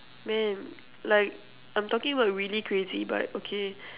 man like I'm talking about really crazy but okay